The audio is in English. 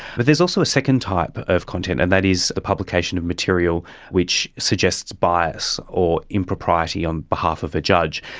but there's also a second type of content, and that is a publication of material which suggests bias or impropriety on behalf of a judge.